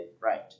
right